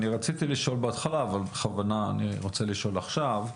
אני רציתי לשאול בהתחלה אבל בכוונה אני רוצה לשאול עכשיו.